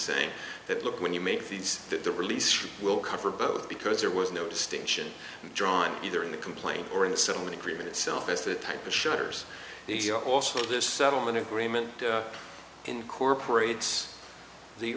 saying that look when you make these that the release will cover both because there was no distinction drawn either in the complaint or in the settlement agreement itself is that the shutters are also this settlement agreement incorporates the